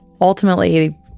ultimately